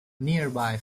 nearby